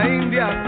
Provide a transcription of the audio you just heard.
india